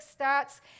stats